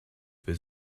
für